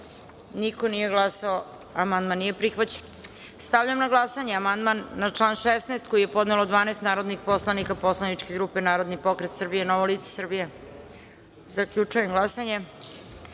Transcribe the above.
niko nije glasao. Amandman nije prihvaćen. Stavljam na glasanje amandman na član 16. koji je podnelo 12 narodnih poslanika poslaničke grupe Narodni pokret Srbije i Novo lice Srbije. Zaključujem glasanje: